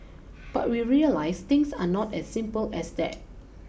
but we realize things are not as simple as that